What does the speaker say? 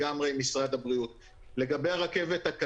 אם עשינו מגבלות על כל כלי התחבורה במדינת ישראל רכבות,